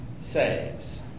Saves